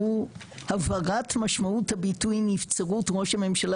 הוא הבהרת משמעות הביטוי נבצרות ראש הממשלה